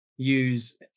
use